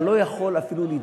אתה לא יכול אפילו להתווכח.